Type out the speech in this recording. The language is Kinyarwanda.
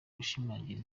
gushimangira